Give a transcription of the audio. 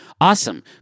Awesome